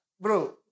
Bro